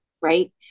right